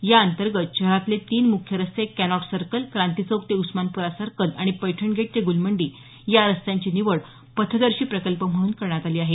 या अंतर्गत शहरातले तीन मुख्य रस्ते कॅनॉट सर्कल क्रांती चौक ते उस्मानप्रा सर्कल आणि पैठणगेट ते गुलमंडी या रस्त्यांची निवड पथदर्शी प्रकल्प म्हणून करण्यात आली आहे